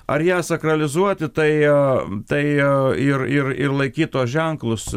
ar ją sakralizuoti tai ne tai aa ir ir ir laikyt tuos ženklus